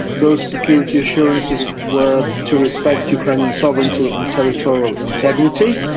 those security assurances were to respect ukrainian sovereignty and territorial integrity.